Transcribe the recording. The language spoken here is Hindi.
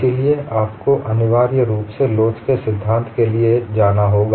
इसलिए आपको अनिवार्य रूप से लोच के सिद्धांत के लिए जाना होगा